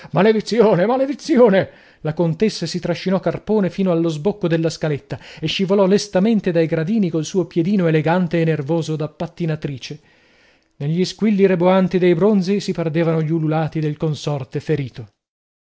maledizione maledizione la contessa si trascinò carpone fino allo sbocco della scaletta e scivolò lestamente dai gradini col suo piedino elegante e nervoso da pattinatrice negli squilli reboanti dei bronzi si perdevano gli ululati del consorte ferito